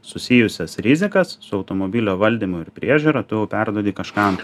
susijusias rizikas su automobilio valdymu ir priežiūra tu jau perduodi kažkam